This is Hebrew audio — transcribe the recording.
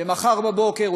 ומחר בבוקר,